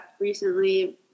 recently